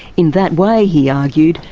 in that way, he argued,